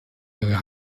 ihre